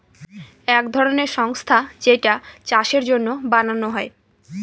এক ধরনের সংস্থা যেইটা চাষের জন্য বানানো হয়